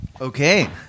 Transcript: Okay